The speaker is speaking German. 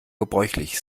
gebräuchlich